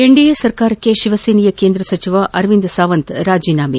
NDA ಸರ್ಕಾರಕ್ಷೆ ಶಿವಸೇನೆಯ ಕೇಂದ್ರ ಸಚಿವ ಅರವಿಂದ್ ಸಾವಂತ್ ರಾಜೀನಾಮೆ